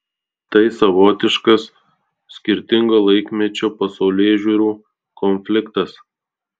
tai savotiškas skirtingo laikmečio pasaulėžiūrų konfliktas